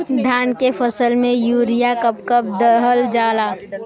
धान के फसल में यूरिया कब कब दहल जाला?